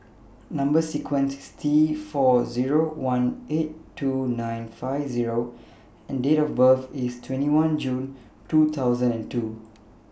Number sequence IS T four Zero one eight two nine five Zero and Date of birth IS twenty one June twenty two